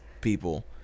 people